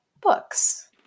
books